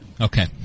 Okay